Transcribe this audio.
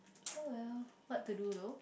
oh well what to do though